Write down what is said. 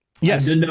Yes